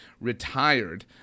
retired